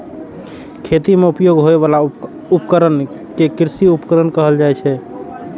खेती मे उपयोग होइ बला उपकरण कें कृषि उपकरण कहल जाइ छै